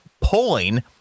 polling